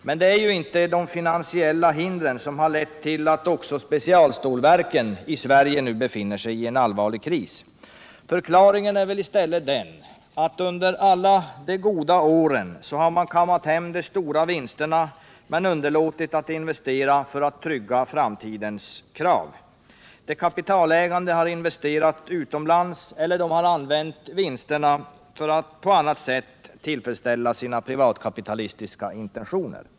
Men det är inte de finansiella hindren som har lett till att också specialstålverken i Sverige nu befinner sig i en allvarlig kris. Förklaringen är i stället den, att under alla de goda åren har man kammat hem de stora vinsterna men underlåtit att investera för att trygga framtidens krav. De kapitalägande har investerat utomlands eller använt vinsterna för att på annat sätt tillfredsställa sina privatkapitalistiska intentioner.